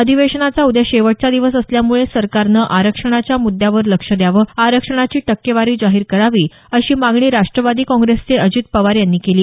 अधिवेशनाचा उद्या शेवटचा दिवस असल्यामुळे सरकारनं आरक्षणाच्या म्द्यावर लक्ष द्यावं आरक्षणाची टक्केवारी जाहीर करावी अशी मागणी राष्ट्रवादी काँग्रेसचे अजित पवार यांनी केली